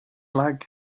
lag